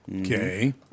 Okay